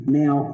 now